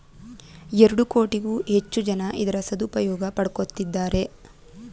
ಎರಡು ಕೋಟಿಗೂ ಹೆಚ್ಚು ಜನ ಇದರ ಸದುಪಯೋಗ ಪಡಕೊತ್ತಿದ್ದಾರೆ